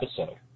episode